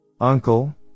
Uncle